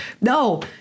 no